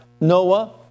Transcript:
Noah